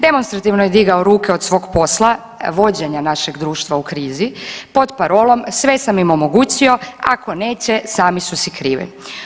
Demonstrativno je digao ruke od svog posla, vođenja našeg društva u krizi pod parolom „sve sam im omogućio, a ako neće sami su si krivi“